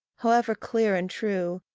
however clear and true,